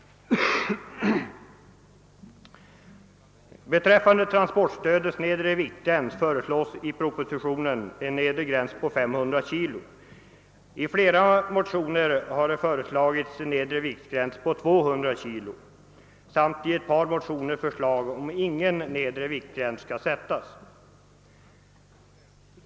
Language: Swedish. I propositionen föreslås en nedre viktgräns på 500 kilo. I flera motioner föreslås en nedre viktgräns på 200 kilo, och i ett par motioner föreslås att det inte skall sättas någon nedre viktgräns alls.